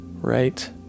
right